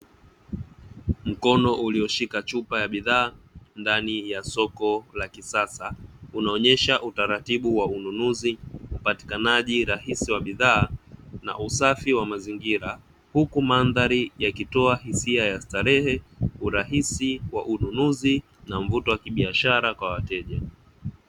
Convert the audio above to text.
Mkono ulioshika chupa ya bidhaa ndani ya soko la kisasa unaonyesha utaratibu wa ununuzi upatikanaji rahisi wa bidhaa na usafi wa mazingira, hukumandhari yakitoa hisia ya starehe urahisi wa ununuzi na mvuto wa kibiashara kwa wateja